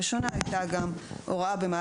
___________________ מקום